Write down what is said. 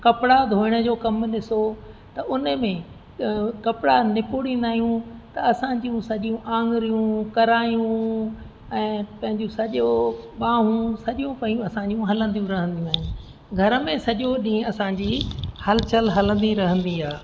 कपिड़ा धोइण जो कमु ॾिसो त हुन में कपिड़ा निपूड़ींदा आहियूं त असांजूं सॼूं आङिरियूं करायूं ऐं पंहिंजूं सॼो ॿाहूं सॼो पेयूं असांजूं हलंदियूं रहंदियूं आहिनि घर में सॼो ॾींहं असांजी हल चल हलंदी रहंदी आहे